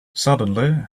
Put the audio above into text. suddenly